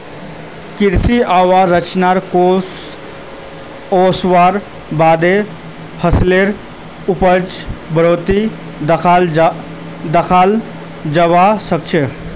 कृषि अवसंरचना कोष ओसवार बादे फसलेर उपजत बढ़ोतरी दखाल जबा सखछे